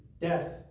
death